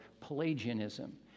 Pelagianism